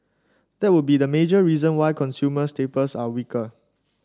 that would be the major reason why consumer staples are weaker